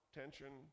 tension